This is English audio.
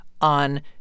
on